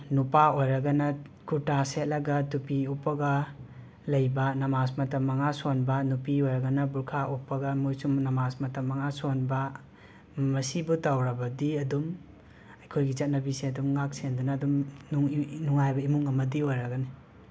ꯅꯨꯄꯥ ꯑꯣꯏꯔꯒꯅ ꯀꯨꯔꯇꯥ ꯁꯦꯠꯂꯒ ꯇꯨꯄꯤ ꯎꯞꯄꯒ ꯂꯩꯕ ꯅꯃꯥꯁ ꯃꯇꯨꯡ ꯃꯉꯥ ꯁꯣꯟꯕ ꯅꯨꯄꯤ ꯑꯣꯏꯔꯒꯅ ꯕꯨꯔꯈꯥ ꯎꯞꯄꯒ ꯃꯣꯏꯁꯨꯅꯃꯥꯁ ꯃꯇꯝ ꯃꯉꯥ ꯁꯣꯟꯕ ꯎꯝ ꯃꯁꯤꯕꯨ ꯇꯧꯔꯕꯗꯤ ꯑꯗꯨꯝ ꯑꯩꯈꯣꯏꯒꯤ ꯆꯠꯅꯕꯤꯁꯦ ꯑꯗꯨꯝ ꯉꯥꯛꯁꯦꯟꯗꯨꯅ ꯑꯗꯨꯝ ꯅꯨꯏꯏ ꯅꯨꯡꯉꯥꯏꯕ ꯏꯃꯨꯡ ꯑꯃꯗꯤ ꯑꯣꯏꯔꯒꯅꯤ